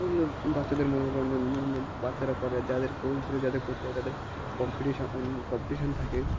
ওগুলো বাচ্চাদের মনোরঞ্জনের জন্য বাচ্চারা করা যায় যাদের কোচ ধরে যাদের করতে হয় তাদের কম্পিটিশান কম্পিটিশান থাকে